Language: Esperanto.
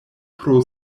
pro